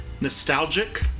nostalgic